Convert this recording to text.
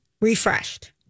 Refreshed